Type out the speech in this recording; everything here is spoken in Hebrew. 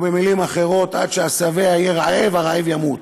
במילים אחרות, עד שהשבע יהיה רעב, הרעב ימות.